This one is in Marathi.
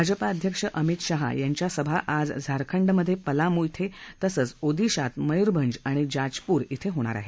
भाजपा अध्यक्ष अमित शहांच्या सभा आज झारखंडमधे पलामू धिं तसंच ओदिशात मयूरभंज आणि जाजपुर धिं होणार आहेत